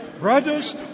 brothers